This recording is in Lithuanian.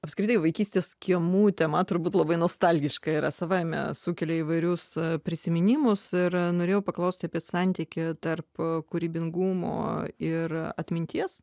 apskritai vaikystės kiemų tema turbūt labai nostalgiškai yra savaime sukelia įvairius prisiminimus ir norėjau paklausti apie santykį tarp kūrybingumo ir atminties